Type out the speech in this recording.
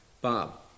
Bob